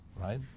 right